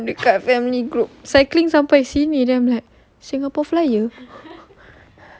ayah send dekat family group cycling sampai sini then I'm like singapore flyer